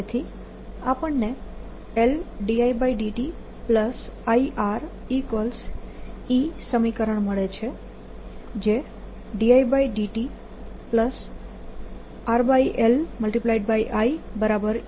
તેથી આપણને LdIdtIRE સમીકરણ છે જે dIdtRLIEL ના બરાબર છે